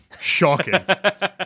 Shocking